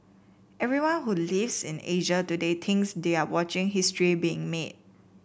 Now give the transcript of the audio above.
everyone who lives in Asia today thinks they are watching history being made